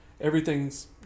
everything's